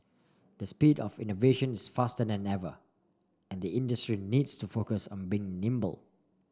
the speed of innovation is faster than ever and the industry needs to focus on being nimble